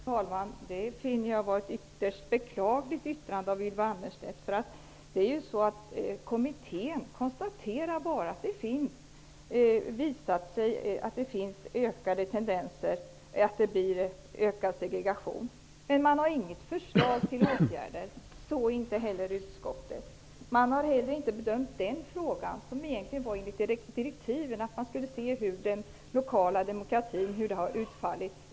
Herr talman! Jag finner detta vara ett ytterst beklagligt yttrande av Ylva Annerstedt. Kommittén konstaterar bara att det har visat sig att det finns tendenser till ökad segregation. Men man har inget förslag till åtgärder, och det har inte heller utskottet. Enligt direktiven skulle kommittén se hur den lokala demokratin har utfallit.